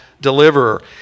deliverer